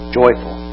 joyful